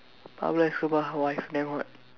Pablo Escobar wife damn hot